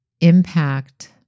impact